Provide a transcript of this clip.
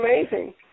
amazing